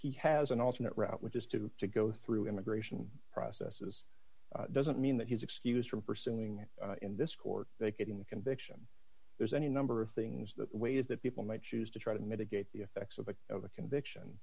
he has an alternate route which is to go through immigration processes doesn't mean that he's excused from pursuing it in this court they could in the conviction there's any number of things that way is that people might choose to try to mitigate the effects of a of a conviction